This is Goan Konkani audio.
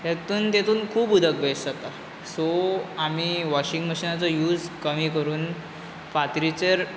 हेतूंत तेतून खूब उदक वेस्ट जाता सो आमी वॉशींग मशीनाचो यूज कमी करून फातरीचेर